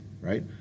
right